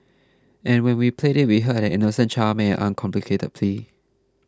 and when we played it we heard an innocent child make an uncomplicated plea